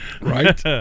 Right